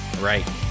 Right